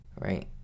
right